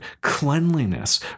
cleanliness